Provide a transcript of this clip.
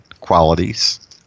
qualities